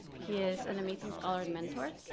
he is an amazing scholar and mentor.